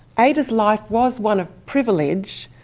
ada's life was one of privilege,